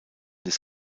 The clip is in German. des